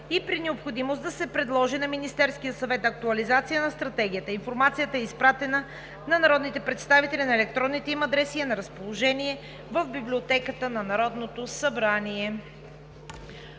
и при необходимост да се предложи на Министерския съвет актуализация на Стратегията. Информацията е изпратена на народните представители на електронните им адреси и е на разположение в Библиотеката на Народното събрание.